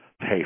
pay